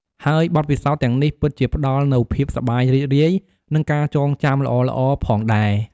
ហើយបទពិសោធន៍ទាំងនេះពិតជាផ្តល់នូវភាពសប្បាយរីករាយ និងការចងចាំល្អៗផងដែរ។